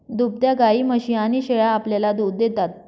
दुभत्या गायी, म्हशी आणि शेळ्या आपल्याला दूध देतात